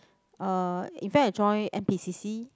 uh in fact I join n_p_c_c